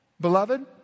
Beloved